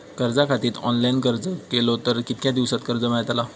कर्जा खातीत ऑनलाईन अर्ज केलो तर कितक्या दिवसात कर्ज मेलतला?